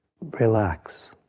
relax